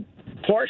Porsche